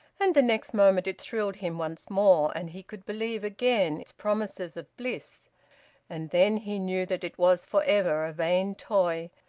and the next moment it thrilled him once more, and he could believe again its promises of bliss and then he knew that it was for ever a vain toy,